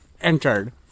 entered